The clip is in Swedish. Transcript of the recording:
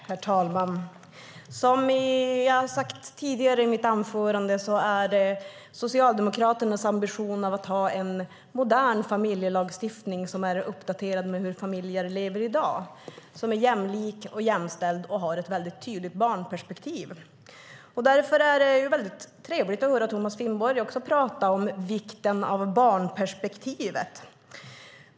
Herr talman! Som jag sade i mitt anförande tidigare är det Socialdemokraternas ambition att ha en modern familjelagstiftning som är uppdaterad med hur familjer lever i dag. Den ska vara jämlik, jämställd och ha ett väldigt tydligt barnperspektiv. Därför är det trevligt att höra även Thomas Finnborg tala om vikten av barnperspektivet.